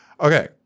okay